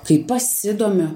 kai pasidomiu